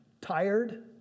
tired